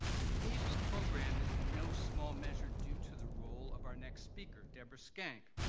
the aaps program is in no small measure due to the role of our next speaker, deborah schenk.